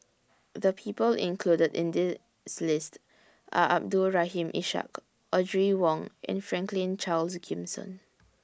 The People included in This list Are Abdul Rahim Ishak Audrey Wong and Franklin Charles Gimson